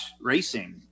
racing